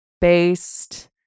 based